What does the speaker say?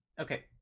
Okay